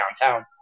downtown